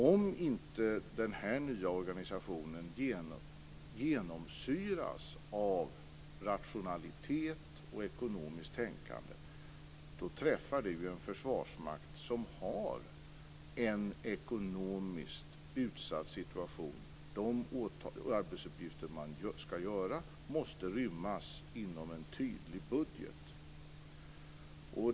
Om den här nya organisationen inte genomsyras av rationalitet och ekonomiskt tänkande träffar det ju en försvarsmakt som har en ekonomiskt utsatt situation. De arbetsuppgifter man ska göra måste rymmas inom en tydlig budget.